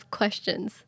questions